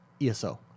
ESO